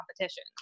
competition